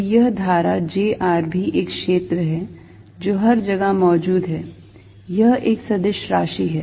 तो यह धारा j r भी एक क्षेत्र है जो हर जगह मौजूद है यह एक सदिश राशि है